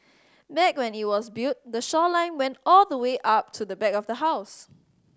back when it was built the shoreline went all the way up to the back of the house